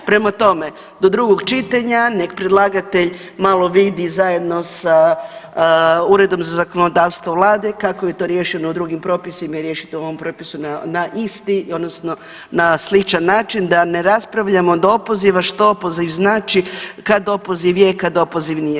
Prema tome, do drugog čitanja nek predlagatelj malo vidi zajedno sa uredom za zakonodavstvo vlade kako je to riješeno u drugim propisima i riješite u ovom propisu na isti odnosno na sličan način da ne raspravljamo do opoziva što opoziv znači kad opoziv je, kad opoziv nije.